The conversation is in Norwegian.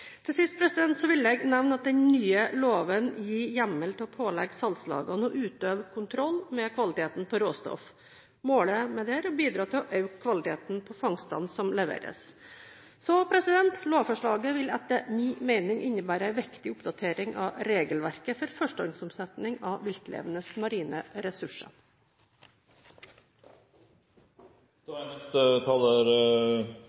Til sist vil jeg nevne at den nye loven gir hjemmel til å pålegge salgslagene å utøve kontroll med kvaliteten på råstoff. Målet med det er å bidra til å øke kvaliteten på fangsten som leveres. Lovforslaget vil etter min mening innebære en viktig oppdatering av regelverket for førstehåndsomsetning av viltlevende marine ressurser.